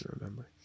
remember